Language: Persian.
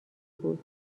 بود